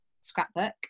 scrapbook